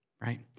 right